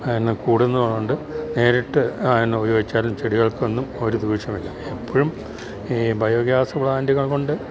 കൂടുന്നതുകൊണ്ട് നേരിട്ട് അതിനെ ഉപയോഗിച്ചാലും ചെടികൾക്കൊന്നും ഒരു ദൂഷ്യവുമില്ല എപ്പോഴും ഈ ബയോഗ്യാസ് പ്ലാൻറ്റുകൾ കൊണ്ട്